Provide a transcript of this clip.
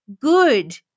good